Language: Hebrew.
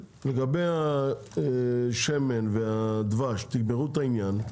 לגבי השמן והדבש תגמרו את העניין,